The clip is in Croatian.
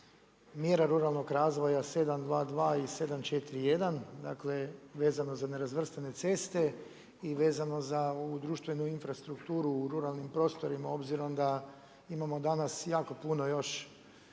mjera ruralnog razvoja 722 i 741 dakle, vezano za nerazvrstane ceste i vezano za ovu društvenu infrastrukturu u ruralnim prostorima obzirom da imamo danas jako puno još